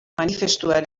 manifestuaren